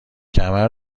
کمر